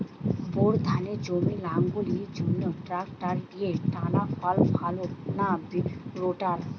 Bore ধানের জমি লাঙ্গলের জন্য ট্রাকটারের টানাফাল ভালো না রোটার?